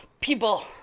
people